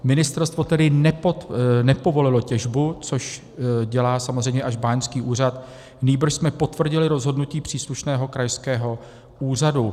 Ministerstvo tedy nepovolilo těžbu, což dělá samozřejmě až báňský úřad, nýbrž jsme potvrdili rozhodnutí příslušného krajského úřadu.